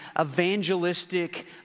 evangelistic